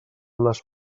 les